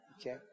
Okay